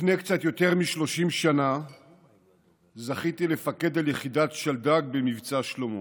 לפני קצת יותר מ-30 שנה זכיתי לפקד על יחידת שלדג במבצע שלמה.